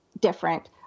different